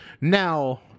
Now